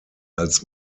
als